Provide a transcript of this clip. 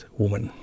woman